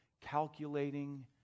calculating